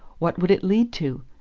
what would it lead to?